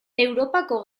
europako